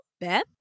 Beth